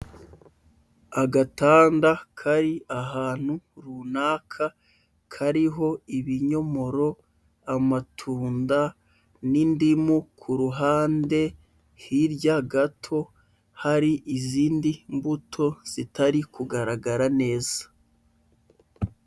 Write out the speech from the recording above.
Agatanda kari ahantu runaka kariho ibinyomoro, amatunda n'indimu ku ruhande, hirya gato hari izindi mbuto zitari kugaragara neza.